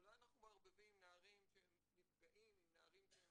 אולי אנחנו מערבבים נערים שהם נפגעים עם נערים שהם